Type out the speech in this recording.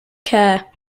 care